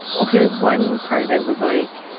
ok, one part of it was, like,